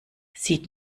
sieht